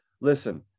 listen